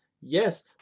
Yes